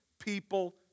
people